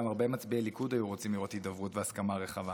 גם הרבה מצביעי ליכוד היו רוצים לראות הידברות והסכמה רחבה.